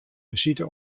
besite